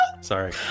Sorry